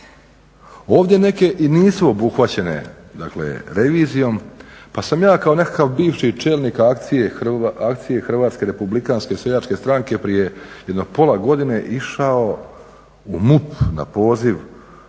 Ovdje neke i nisu obuhvaćene dakle revizijom pa sam ja kao nekakav bivši čelnik akcije Hrvatske republikanske seljačke stranke prije jedno pola godine išao u MUP na poziv